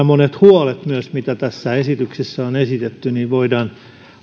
monet ne huolet mitä tässä esityksessä on esitetty voidaan